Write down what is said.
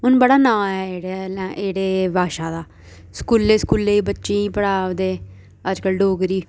हून बड़ा नांऽ आया जेह्ड़े भाशा दा स्कूलें स्कूलें बच्चें गी पढ़ा दे अज्जकल डोगरी